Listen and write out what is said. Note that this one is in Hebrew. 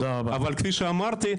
אבל כפי שאמרתי,